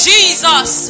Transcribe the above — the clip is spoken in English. Jesus